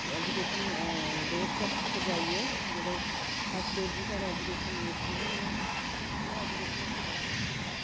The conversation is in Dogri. एजुकेशन डोर स्टैप्स च पजाई ऐ जेह्ड़े हर्षदेव जी साढ़े एजूकेशन मिनिस्टर्स हे इ'नें एजूकेशन आस्तै बड़ा किश कीता ऐ